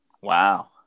Wow